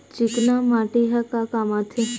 चिकना माटी ह का काम आथे?